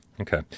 okay